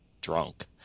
drunk